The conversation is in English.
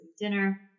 dinner